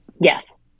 Yes